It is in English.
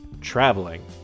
traveling